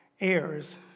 heirs